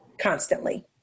constantly